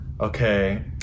Okay